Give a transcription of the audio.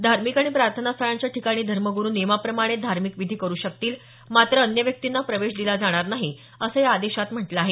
धार्मिक आणि प्रार्थना स्थळांच्या ठिकाणी धर्मग्रू नियमाप्रमाणे धार्मिक विधी करू शकतील मात्र अन्य व्यक्तींना प्रवेश दिला जाणार नाही असं या आदेशात म्हटलं आहे